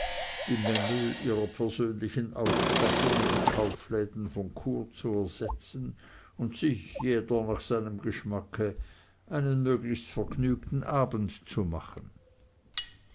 die mängel ihrer persönlichen ausstattung in den kaufläden von chur zu ersetzen und sich jeder nach seinem geschmacke einen möglichst vergnügten abend zu machen